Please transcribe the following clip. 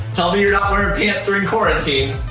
tell me you're not wearing pants during quarantine.